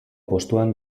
postuan